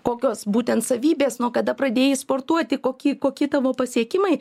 kokios būtent savybės nuo kada pradėjai sportuoti koki kokie tavo pasiekimai